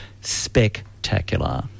Spectacular